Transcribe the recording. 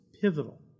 pivotal